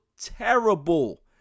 terrible